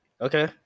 okay